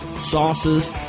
sauces